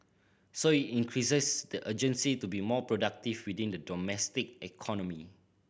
so it increases the urgency to be more productive within the domestic economy